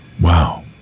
Wow